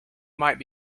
might